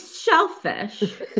shellfish